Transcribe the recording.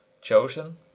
chosen